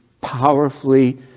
powerfully